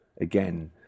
again